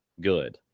good